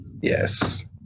Yes